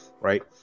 Right